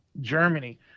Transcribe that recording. germany